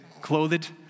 clothed